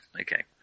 okay